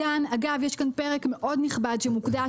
אגב, יש כאן פרק מאוד נכבד שמוקדש